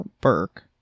burke